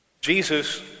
Jesus